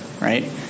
right